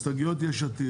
הסתייגויות "יש עתיד".